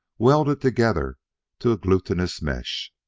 welded together to a glutinous mesh.